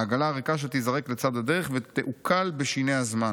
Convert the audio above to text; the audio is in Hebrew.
עגלה ריקה שתיזרק בצד הדרך ותעוכל בשיני הזמן.